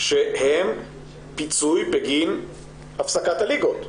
שהם פיצוי בגין הפסקת הליגות,